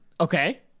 Okay